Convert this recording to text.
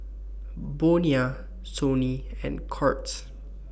Bonia Sony and Courts